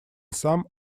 some